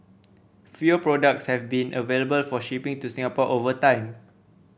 fewer products have been available for shipping to Singapore over time